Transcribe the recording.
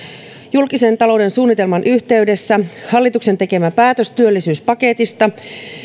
julkisen talouden suunnitelman yhteydessä hallituksen tekemä päätös työllisyyspaketista